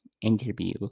interview